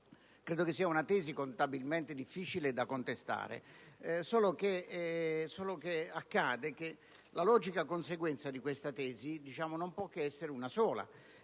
Credo sia una tesi contabilmente difficile da contestare. Solo che la logica conseguenza di questa tesi non può che essere una sola: